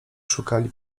szukali